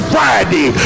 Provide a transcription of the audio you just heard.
Friday